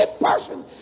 person